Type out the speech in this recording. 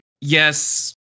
yes